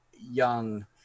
young